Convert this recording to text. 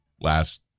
last